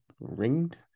ringed